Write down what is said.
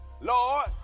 Lord